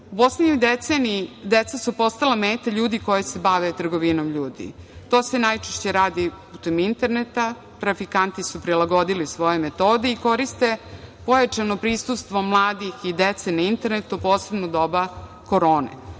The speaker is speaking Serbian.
poslednjoj deceniji, deca su postala meta ljudi koja se bave trgovinom ljudi. To se najčešće radi putem interneta. Trafikanti su prilagodili svoje metode i koriste pojačano prisustvo mladih i dece na internetu, posebno u doba korone.